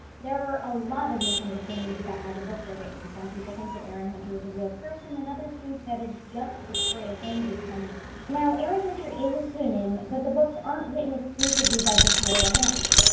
there are a lot of misunderstandings about how the books are written. some people think that erin hunter is a real person, and others think that it's just victoria holmes's pen name. now, erin hunter is a pseudonym, but the books aren't written exclusively by victoria holmes.